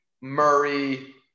Murray